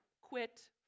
quit